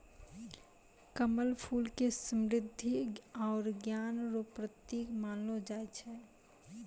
कमल फूल के समृद्धि आरु ज्ञान रो प्रतिक मानलो जाय छै